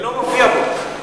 זה לא מופיע בו.